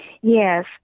Yes